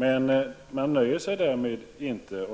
Men de